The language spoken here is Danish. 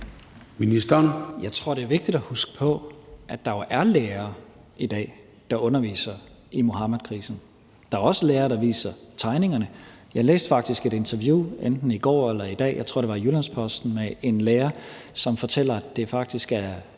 Jeg tror, det er vigtigt at huske på, at der jo er lærere i dag, der underviser i Muhammedkrisen. Der er også lærere, der viser tegningerne. Jeg læste faktisk et interview – det var enten i går eller i dag, og jeg tror, det var i Jyllands-Posten – med en lærer, som fortæller, at det faktisk er